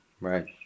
right